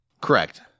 correct